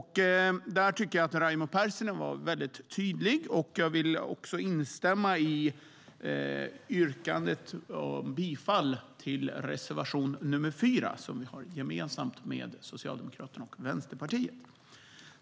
Där tycker jag att Raimo Pärssinen var väldigt tydlig. Jag vill också instämma i yrkandet om bifall till reservation nr 4 som vi har gemensamt med Socialdemokraterna och Vänsterpartiet.